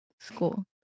school